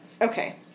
okay